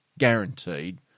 Guaranteed